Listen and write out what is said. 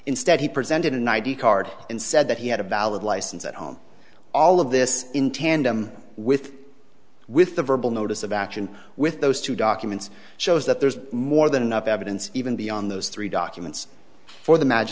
instead he presented an i d card and said that he had a valid license at home all of this in tandem with with the verbal notice of action with those two documents shows that there's more than enough evidence even beyond those three documents for the ma